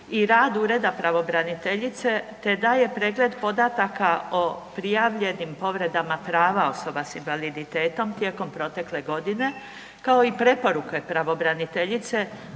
i rad Ureda pravobraniteljice te daje pregled podataka o prijavljenim povredama prava osobe s invaliditetom tijekom protekle godine kao i preporuke pravobraniteljice